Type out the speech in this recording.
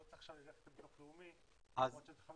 אני לא צריך עכשיו ללכת לביטוח לאומי --- כל פעם